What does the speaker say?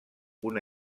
una